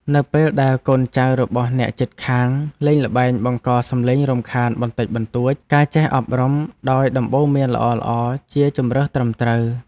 នៅពេលដែលកូនចៅរបស់អ្នកជិតខាងលេងល្បែងបង្កសំឡេងរំខានបន្តិចបន្តួចការចេះអប់រំដោយដំបូន្មានល្អជាជម្រើសត្រឹមត្រូវ។